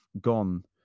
gone